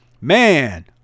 man